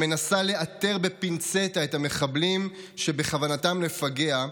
המנסה לאתר בפינצטה את המחבלים שבכוונתם לפגע,